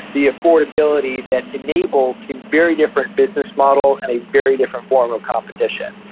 the affordability that enables a very different business model and a very different form of competition.